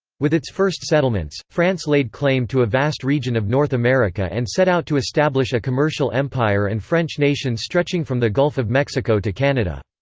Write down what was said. with its first settlements, france laid claim to a vast region of north america and set out to establish a commercial empire and french nation stretching from the gulf of mexico to canada.